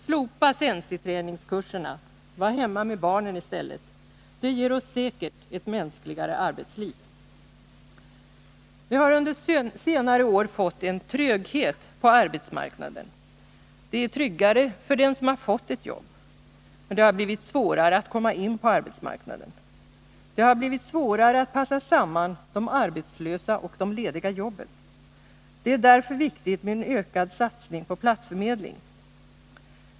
Slopa sensiträningskurserna, var hemma med barnen i stället! Det ger oss säkert ett mänskligare arbetsliv. Vi har under senare år fått en tröghet på arbetsmarknaden. Det är tryggare för den som har fått ett jobb, men det har blivit svårare att komma in på arbetsmarknaden. Det har blivit svårare att passa samman de arbetslösa och de lediga jobben. Det är därför viktigt med en ökad satsning på platsförmedling.